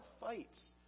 fights